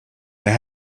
that